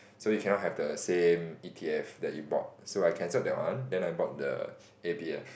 so you cannot have the same e_t_f that you bought so I cancelled that one then I bought the a_b_f